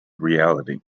reality